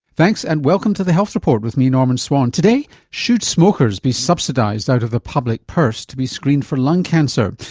and welcome to the health report with me, norman swan. today, should smokers be subsidised out of the public purse to be screened for lung cancer?